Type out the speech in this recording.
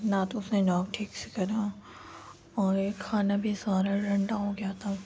نہ تو اس نے نوک ٹھیک سے کرا اور کھانا بھی سارا ٹھنڈا ہو گیا تھا